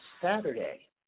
Saturday